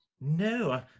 No